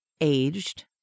aged